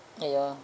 !aiyo!